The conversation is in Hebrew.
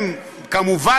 כמובן,